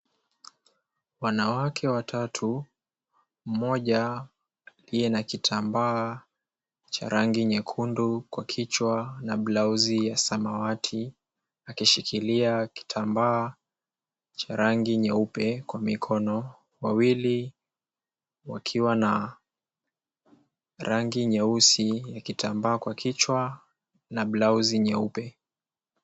Wanawake watat. Mmoja aliye na kitambaa cha rangi nyekundu kwa kichwa na blouse ya samawati, akishikilia kitambaa cha rangi nyeupe kwa mikono. Wawili wakiwa na rangi nyeusi ya kitambaa kwa kichwa na blouse nyeupe.